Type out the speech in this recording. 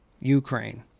Ukraine